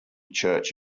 church